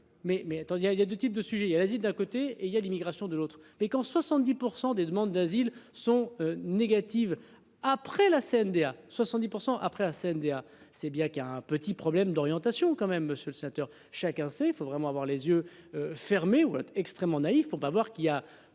a il y a 2 types de sujets la suite d'un côté et il y a l'immigration de l'autre mais quand 70% des demandes d'asile sont négatives. Après la CNDA 70% après la CNDA. C'est bien qu'il y a un petit problème d'orientation, quand même, monsieur le sénateur, chacun sait. Il faut vraiment avoir les yeux. Fermés ou extrêmement naïf pour pas voir qu'il y a